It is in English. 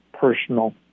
Personal